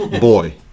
boy